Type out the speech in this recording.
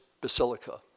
Basilica